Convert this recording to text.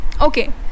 Okay